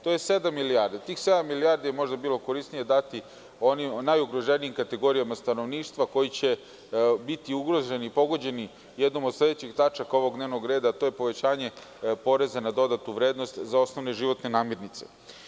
To je sedam milijardi, od tih sedam milijardi možda je bilo korisnije dati najugroženijim kategorijama stanovništva koji će biti ugroženi i pogođeni jednom od sledećih tačaka ovog dnevnog reda, a to je povećanje PDV-a, za osnovne životne namirnice.